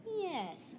Yes